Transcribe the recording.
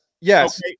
yes